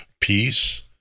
peace